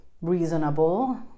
reasonable